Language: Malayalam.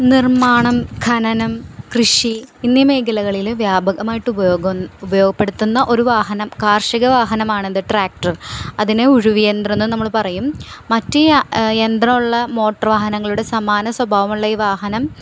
നിർമാണം ഖനനം കൃഷി എന്നീ മേഖലകളില് വ്യാപകമായിട്ട് ഉപയോഗപ്പെടുത്തുന്ന ഒരു വാഹനം കാർഷിക വാഹനമാണ് എന്ത് ട്രാക്ടർ അതിന് ഉഴുവി യന്ത്രം എന്ന് നമ്മള് പറയും മറ്റു യന്ത്രമുള്ള മോട്ടോർ വാഹനങ്ങളുടെ സമാന സ്വഭാവമുള്ള ഈ വാഹനം